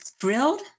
thrilled